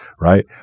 Right